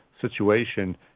situation